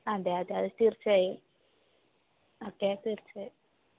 അതെയതെ അത് തീർച്ചയായും ഓക്കെ തീർച്ചയായും